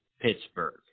Pittsburgh